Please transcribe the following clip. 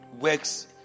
works